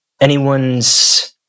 anyone's